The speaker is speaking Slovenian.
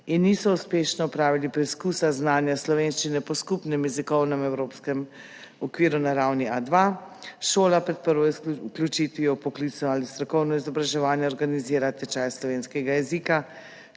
in niso uspešno opravili preizkusa znanja slovenščine po Skupnem evropskem jezikovnem okviru na ravni A2, šola pred prvo vključitvijo v poklicno ali strokovno izobraževanje organizira tečaj slovenskega jezika,